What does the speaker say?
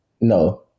No